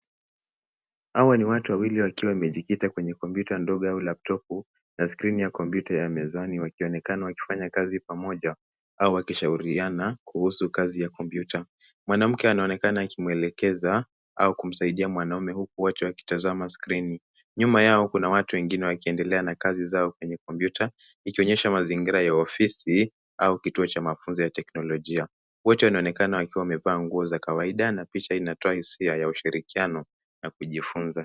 Hawa ni watu wawili wakiwa wamejikita kwenye kompyuta ndogo au laptopu na skrini ya kompyuta ya mezani, wakionekana wakifanya kazi pamoja au wakishauriana kuhusu kazi ya kompyuta. Mwanamke anaonekana akimwelekeza au kumsaidia mwanaume, huku wote wakitazama skrini. Nyuma yao kuna watu wengine wakiendelea na kazi zao kwenye kompyuta, ikionyesha mazingira ya ofisi au kituo cha mafunzo ya teknolojia. Wote wanaonekana wakiwa wamevaa nguo za kawaida na picha inatoa hisia ya ushurikiano na kujifunza.